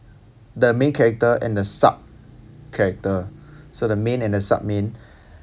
the main character and the sub character so the main and the sub main